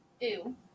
Ew